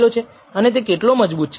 અને તે કેટલો મજબૂત છે